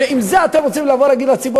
ועם זה אתם רוצים לבוא להגיד לציבור